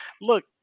Look